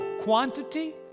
quantity